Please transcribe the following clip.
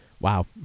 Wow